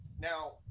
Now